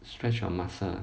stretch your muscle ah